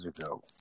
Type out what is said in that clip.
ago